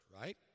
right